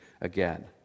again